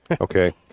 okay